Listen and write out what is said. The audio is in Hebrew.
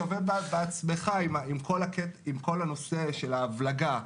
כשעובר בעצמך עם כל הנושא של ההבלגה,